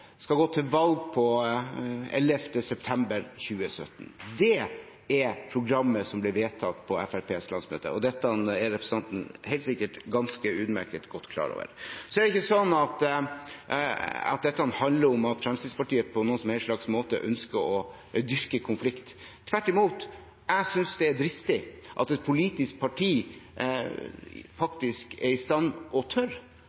skal gå til valg på 11. september 2017. Det er programmet som ble vedtatt på Fremskrittspartiets landsmøte. Og dette er representanten helt sikkert ganske utmerket godt klar over. Så er det ikke sånn at dette handler om at Fremskrittspartiets på noen som helst slags måte ønsker å dyrke konflikt. Tvert imot – jeg synes det er dristig at et politisk parti